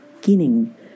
beginning